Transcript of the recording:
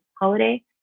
holiday